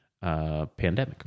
pandemic